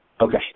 okay